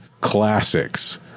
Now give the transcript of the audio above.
classics